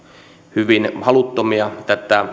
hyvin haluttomia tätä